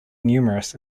numerous